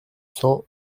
cents